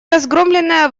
разгромленная